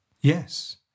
Yes